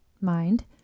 mind